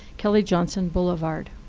kelly johnson boulevard.